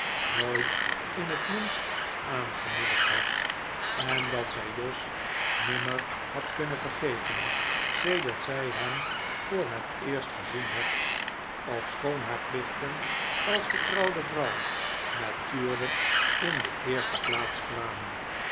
nooit in het minst aangemoedigd had en dat zij jos nimmer had kunnen vergeten sedert zij hem voor het eerst gezien had ofschoon haar plichten als getrouwde vrouw natuurlijk in de eerste plaats kwamen